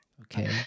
okay